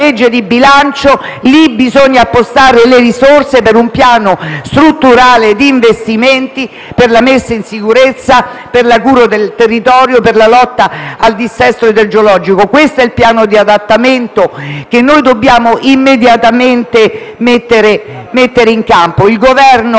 la sede in cui provvedere ad appostare le risorse per un piano strutturale di investimenti per la messa in sicurezza e la cura del territorio e per la lotta al dissesto idrogeologico. Questo è il piano di adattamento che noi dobbiamo immediatamente mettere in campo. Dovete